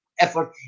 effort